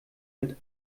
mit